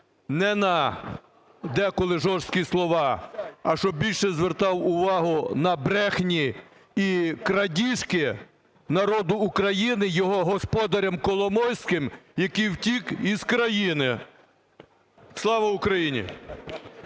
не на деколи жорсткі слова, а щоб більше звертав увагу на брехні і крадіжки народу України його господарем Коломойським, який втік із країни. Слава Україні!